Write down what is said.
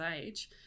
age